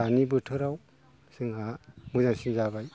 दानि बोथोराव जोंहा मोजांसिन जाबाय